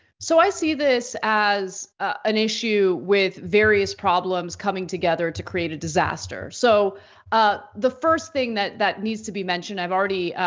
so i see this as an issue with various problems coming together to create a disaster. so ah the first thing that that needs to be mentioned, i've already